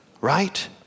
right